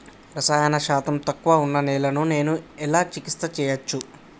రసాయన శాతం తక్కువ ఉన్న నేలను నేను ఎలా చికిత్స చేయచ్చు?